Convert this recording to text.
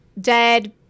dead